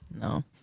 No